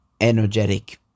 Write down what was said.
energetic